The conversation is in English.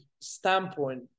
standpoint